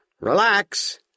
Relax